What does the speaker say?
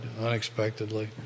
unexpectedly